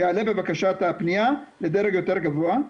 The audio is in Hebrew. שיעלה את הפניה לדרג יותר גבוה,